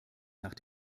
nach